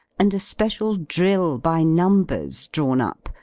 and a special drill, by numbers, drawn up,